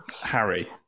Harry